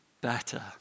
better